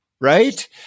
Right